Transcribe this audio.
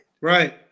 right